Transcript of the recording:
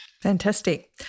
Fantastic